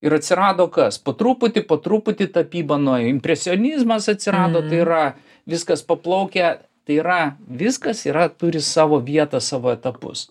ir atsirado kas po truputį po truputį tapyba impresionizmas atsirado tai yra viskas paplaukę tai yra viskas yra turi savo vietą savo etapus